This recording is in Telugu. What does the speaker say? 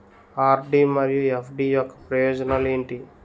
ఆర్.డి మరియు ఎఫ్.డి యొక్క ప్రయోజనాలు ఏంటి?